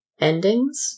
endings